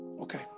Okay